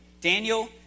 Daniel